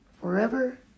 forever